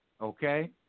Okay